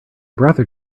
brother